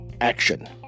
action